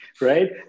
right